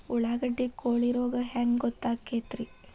ಉಳ್ಳಾಗಡ್ಡಿ ಕೋಳಿ ರೋಗ ಹ್ಯಾಂಗ್ ಗೊತ್ತಕ್ಕೆತ್ರೇ?